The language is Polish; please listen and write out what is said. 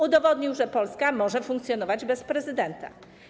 Udowodnił, że Polska może funkcjonować bez prezydenta.